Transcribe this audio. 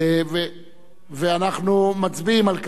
אנחנו מצביעים על כך.